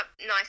nice